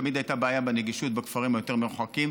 תמיד הייתה בעיה בנגישות בכפרים היותר-מרוחקים,